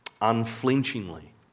unflinchingly